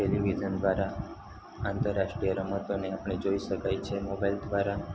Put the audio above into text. television દ્વારા આંતરરાષ્ટ્રીય રમતોને આપણે જોઈ શકાય છે મોબાઈલ દ્વારા